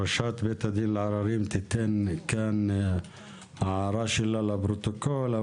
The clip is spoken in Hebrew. שראשת בית הדין לעררים תיתן כאן הערה שלה לפרוטוקול.